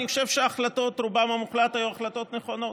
אני חושב שההחלטות ברובן המוחלט היו החלטות נכונות,